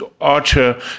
Archer